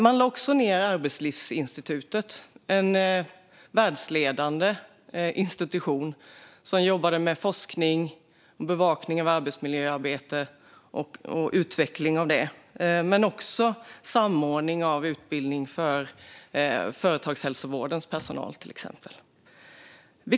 Man lade också ned Arbetslivsinstitutet, en världsledande institution som jobbade med forskning och bevakning av arbetsmiljöarbete och utveckling av det men också med samordning av utbildning för till exempel företagshälsovårdens personal.